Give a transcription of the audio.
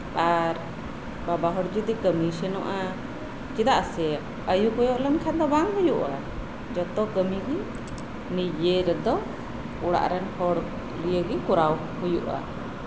ᱟᱨ ᱵᱟᱵᱟ ᱦᱚᱲ ᱡᱚᱫᱤ ᱠᱟᱹᱢᱤᱭ ᱥᱮᱱᱮᱚᱜᱼᱟ ᱪᱮᱫᱟᱜ ᱥᱮ ᱟᱭᱩ ᱠᱚᱭᱚᱜ ᱞᱮᱢᱠᱷᱟᱱ ᱫᱚ ᱵᱟᱝ ᱦᱩᱭᱩᱜᱼᱟ ᱡᱚᱛᱚ ᱠᱟᱹᱢᱤᱜᱤ ᱱᱤᱡᱮᱨᱮᱫᱚ ᱚᱲᱟᱜ ᱨᱮᱱ ᱦᱚᱲᱠᱩ ᱱᱤᱭᱮᱜᱤ ᱠᱚᱨᱟᱣ ᱦᱩᱭᱩᱜᱼᱟ